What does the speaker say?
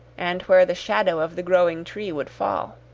and where the shadow of the growing tree would fall.